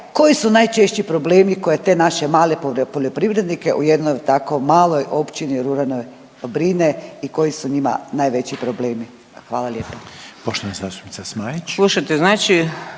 koji su najčešći probleme koje te naše male poljoprivrednike u jednom tako maloj općini ruralnoj brine i koji su njima najveći problemi. Hvala lijepa.